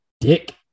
Dick